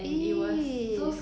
in his skin